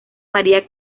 maria